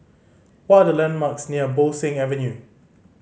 what are the landmarks near Bo Seng Avenue